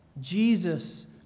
Jesus